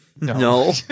No